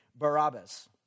Barabbas